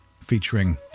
featuring